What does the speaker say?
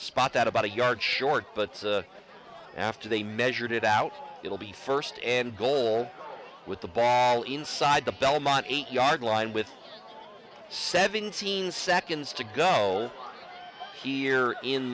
spot that about a yard short but after they measured it out it will be first end goal with the ball inside the belmont eight yard line with seventeen seconds to go here in